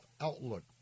Outlook